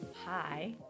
Hi